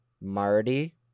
Marty